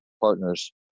partners